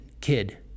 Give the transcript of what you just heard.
kid